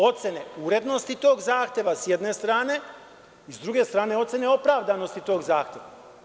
Ocene urednosti tog zahteva, s jedne strane, a s druge strane ocene opravdanosti tog zahteva.